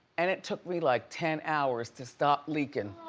and it took me like ten hours to stop leakin'.